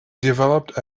developed